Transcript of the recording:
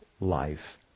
life